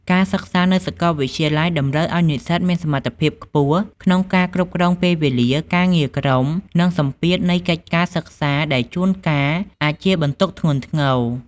ការសិក្សានៅសាកលវិទ្យាល័យតម្រូវឱ្យនិស្សិតមានសមត្ថភាពខ្ពស់ក្នុងការគ្រប់គ្រងពេលវេលា ការងារក្រុម និងសម្ពាធនៃកិច្ចការសិក្សាដែលជួនកាលអាចជាបន្ទុកធ្ងន់ធ្ងរ។